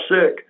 sick